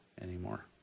anymore